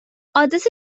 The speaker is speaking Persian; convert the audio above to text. آدرس